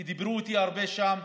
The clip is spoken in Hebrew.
כי דיברו איתי הרבה שם,